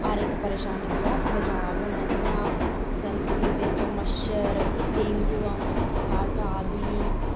हर इक्क परेशानी कोला बचाव होना जि'यां गंदगी बिच मच्छर डेंगु फैलदा आदमियें गी